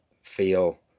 feel